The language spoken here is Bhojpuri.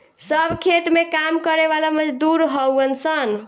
सब खेत में काम करे वाला मजदूर हउवन सन